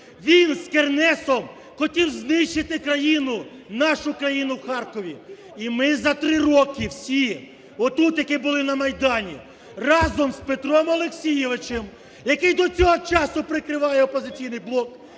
Він з Кернесом хотів знищити країну, нашу країну в Харкові. І ми за три роки всі от тут, які були на Майдані, разом з Петром Олексійовичем, який до цього часу прикриває "Опозиційний блок",